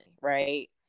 right